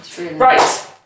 Right